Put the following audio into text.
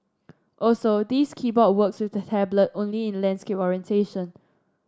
also this keyboard works with the tablet only in landscape orientation